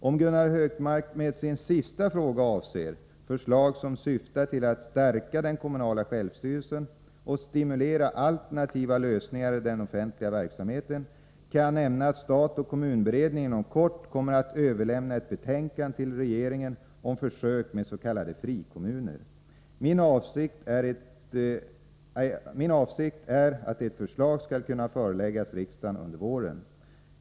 Om Gunnar Hökmark med sin sista fråga avser förslag som syftar till att stärka den kommunala självstyrelsen och stimulera alternativa lösningar i den offentliga verksamheten, kan jag nämna att stat-kommun-beredningen inom kort kommer att överlämna ett betänkande till regeringen om försök med s.k. frikommuner. Min avsikt är att ett förslag skall kunna föreläggas riksdagen under våren.